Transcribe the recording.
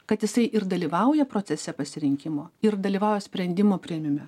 kad jisai ir dalyvauja procese pasirinkimo ir dalyvauja sprendimo priėmime